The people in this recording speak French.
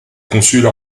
consuls